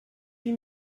huit